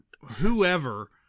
whoever